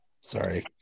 Sorry